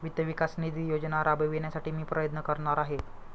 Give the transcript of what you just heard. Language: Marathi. वित्त विकास निधी योजना राबविण्यासाठी मी प्रयत्न करणार आहे